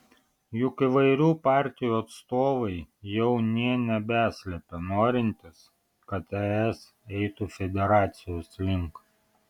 juk įvairių partijų atstovai jau nė nebeslepia norintys kad es eitų federacijos link